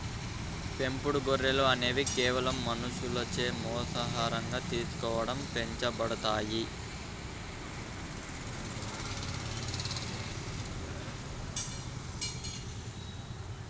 పెంపుడు గొర్రెలు అనేవి కేవలం మనుషులచే మాంసాహారంగా తీసుకోవడం పెంచబడతాయి